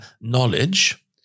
knowledge